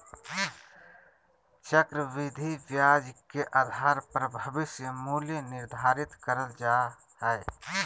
चक्रविधि ब्याज के आधार पर भविष्य मूल्य निर्धारित करल जा हय